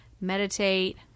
Meditate